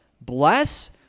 bless